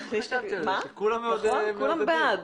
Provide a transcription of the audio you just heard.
כולם מאוד מעודדים.